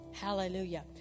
Hallelujah